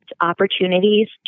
opportunities